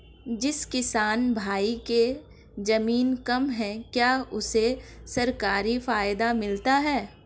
जिस किसान भाई के ज़मीन कम है क्या उसे सरकारी फायदा मिलता है?